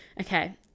Okay